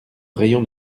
rayon